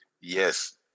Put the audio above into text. Yes